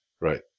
Right